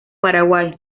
paraguay